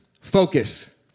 focus